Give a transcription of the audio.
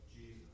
Jesus